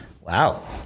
Wow